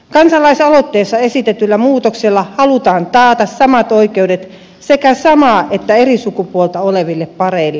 kansalaisaloitteessa esitetyllä muutoksella halutaan taata samat oikeudet sekä samaa että eri sukupuolta oleville pareille